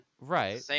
Right